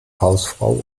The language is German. hausfrau